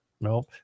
Nope